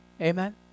Amen